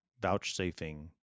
vouchsafing